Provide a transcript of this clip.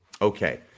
Okay